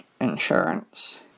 insurance